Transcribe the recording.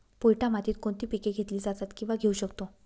पोयटा मातीत कोणती पिके घेतली जातात, किंवा घेऊ शकतो?